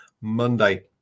Monday